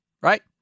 Right